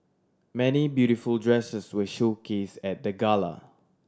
many beautiful dresses were showcase at the gala